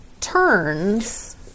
turns